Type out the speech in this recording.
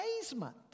amazement